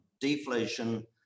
deflation